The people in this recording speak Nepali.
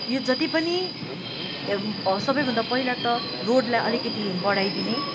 यो जति पनि सबैभन्दा पैला त रोडलाई अलिकति बढाइदिने